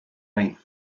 mine